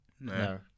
No